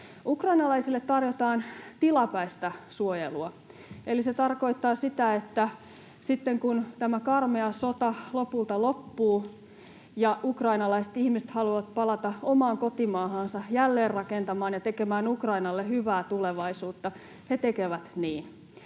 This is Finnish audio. Ukrainalaisille tarjotaan tilapäistä suojelua, eli se tarkoittaa sitä, että sitten kun tämä karmea sota lopulta loppuu ja ukrainalaiset ihmiset haluavat palata omaan kotimaahansa jälleenrakentamaan ja tekemään Ukrainalle hyvää tulevaisuutta, he tekevät niin.